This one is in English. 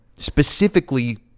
Specifically